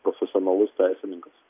profesionalus teisininkas